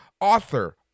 Author